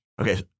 okay